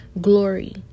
glory